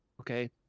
okay